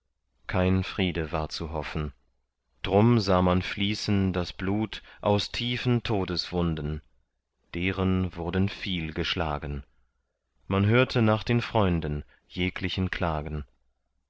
kein friede war zu hoffen drum sah man fließen das blut aus tiefen todeswunden deren wurden viel geschlagen man hörte nach den freunden jeglichen klagen